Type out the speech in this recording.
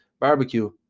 Barbecue